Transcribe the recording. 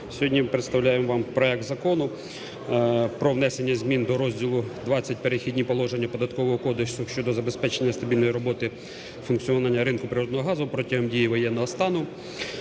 Сьогодні представляємо вам проект Закону про внесення змін до розділу ХХ "Перехідні положення" Податкового кодексу щодо забезпечення стабільної роботи функціонування ринку природного газу протягом дії воєнного стану.